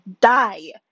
die